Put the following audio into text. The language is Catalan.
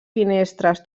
finestres